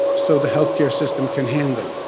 so the health care system can handle it.